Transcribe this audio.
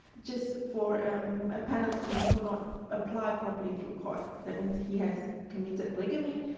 just for um a penalty for not apply properly through court. that means he has committed polygamy,